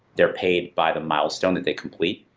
they're paid by the milestone that they complete,